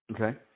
Okay